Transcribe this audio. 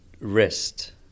rest